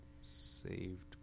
Saved